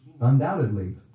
undoubtedly